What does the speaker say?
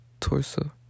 torso